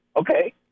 okay